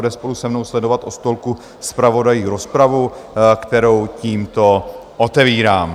bude spolu se mnou sledovat u stolku zpravodajů rozpravu, kterou tímto otevírám.